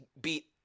beat